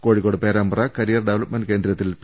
Kozhikode Perambra career development കേന്ദ്രത്തിൽ P